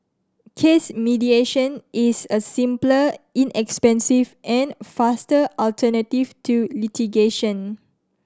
case mediation is a simpler inexpensive and faster alternative to litigation